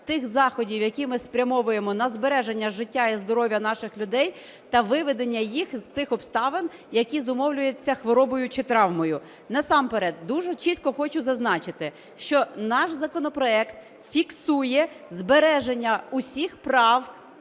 тих заходів, які ми спрямовуємо на збереження життя і здоров'я наших людей, та виведення їх з тих обставин, які зумовлюються хворобою чи травмою. Насамперед дуже чітко хочу зазначити, що наш законопроект фіксує збереження усіх прав,